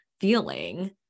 feeling